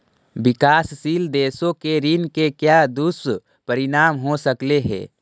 विकासशील देशों के ऋण के क्या दुष्परिणाम हो सकलई हे